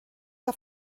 que